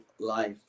life